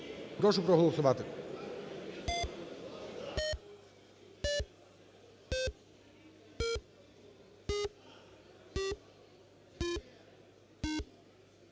прошу проголосувати.